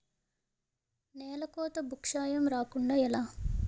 నేలకోత భూక్షయం రాకుండ ఎలా?